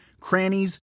crannies